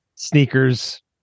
sneakers